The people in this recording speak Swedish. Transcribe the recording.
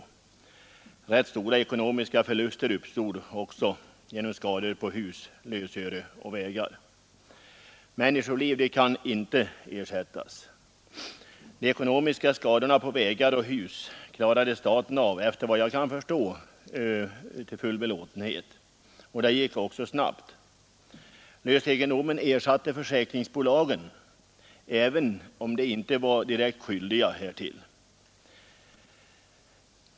Också rätt stora ekonomiska förluster uppstod genom skador på hus, lösöre och vägar. Människoliv kan inte ersättas. De ekonomiska skadorna på vägar och hus klarade staten av, enligt vad jag kan förstå till belåtenhet, och det gick också snabbt. Lösegendomen ersattes av försäkringsbolagen, även om de inte var skyldiga att göra detta.